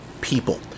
people